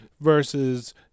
versus